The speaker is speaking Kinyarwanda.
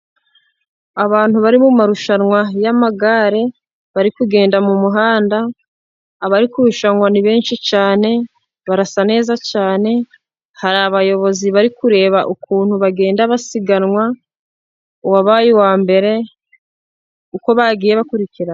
Abantu bari mu marushanwa y'amagare bari kugenda mu muhanda, abari kushanwa ni benshi cyane barasa neza cyane, hari abayobozi bari kureba ukuntu bagenda basiganwa, uwabaye uwa mbere uko bagiye bakurikirana.